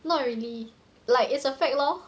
not really like it's a fact lor